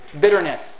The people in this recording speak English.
bitterness